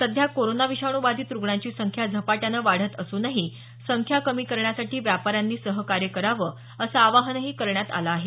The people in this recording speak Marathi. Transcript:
सध्या कोरोना विषाणूबाधित रूग्णांची संख्या झपाट्यानं वाढत असूनही संख्या कमी करण्यासाठी व्यापाऱ्यांनी सहकार्य करावं असं आवाहनही करण्यात आलं आहे